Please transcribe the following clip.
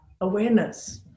awareness